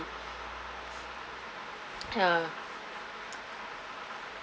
ha